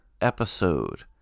episode